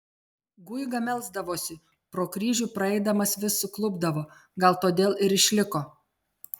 guiga melsdavosi pro kryžių praeidamas vis suklupdavo gal todėl ir išliko